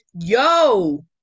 Yo